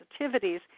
sensitivities